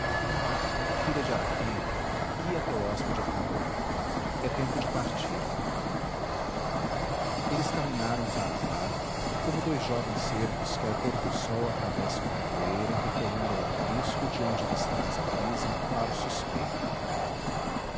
filha de araquém guia teu hóspede à cabana é tempo de partir eles caminharam par a par como dois jovens cervos que ao pôr-do-sol atravessam a capoeira recolhendo ao aprisco de onde lhes traz a brisa um faro suspeito